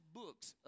books